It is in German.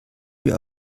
wir